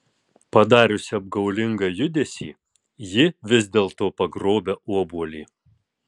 padariusi apgaulingą judesį ji vis dėlto pagrobia obuolį